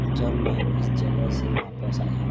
जब मैं इस जगह से वापस आया